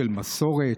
של מסורת,